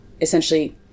essentially